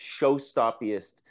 showstoppiest